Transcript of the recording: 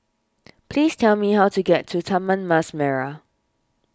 please tell me how to get to Taman Mas Merah